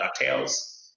DuckTales